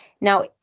Now